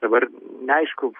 dabar neaišku